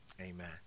Amen